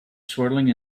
swirling